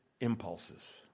impulses